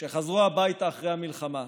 כשחזרו הביתה אחרי המלחמה,